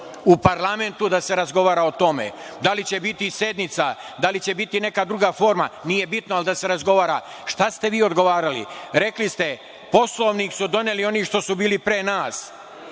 u parlamentu da se razgovara o tome, da li će biti sednica, da li će biti neka druga forma, nije bitno, ali da se razgovara. Šta ste vi odgovarali? Rekli ste, Poslovnik su doneli oni što su bili pre nas,